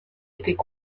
étaient